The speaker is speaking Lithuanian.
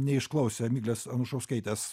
neišklausė miglės anušauskaitės